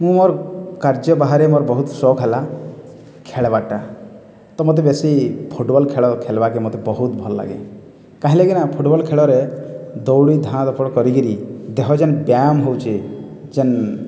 ମୁଁ ମୋର୍ କାର୍ଯ୍ୟ ବାହାରେ ମୋର୍ ବହୁତ ସଉକ୍ ହେଲା ଖେଳବାର୍ଟା ତ ମତେ ବେଶୀ ଫୁଟବଲ୍ ଖେଳ ଖେଲ୍ବାକେ ମତେ ବହୁତ୍ ଭଲ୍ ଲାଗେ କାହିଁର୍ଲାଗିନା ଫୁଟବଲ୍ ଖେଳରେ ଦୌଡ଼ି ଧାଁ ଧପଡ଼୍ କରିକରି ଦେହ ଯେନ୍ ବ୍ୟାୟମ୍ ହଉଚେ ଯେନ୍